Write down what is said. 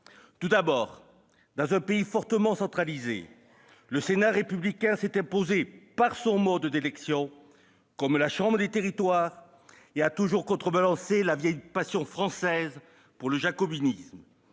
Tout d'abord, dans un pays fortement centralisé, le Sénat républicain s'est imposé, par son mode d'élection, comme la chambre des territoires, et il a toujours contrebalancé la vieille passion française pour le jacobinisme.